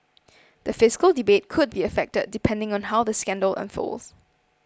the fiscal debate could be affected depending on how the scandal unfolds